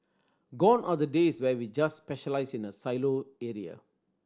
gone are the days where we just specialise in a silo area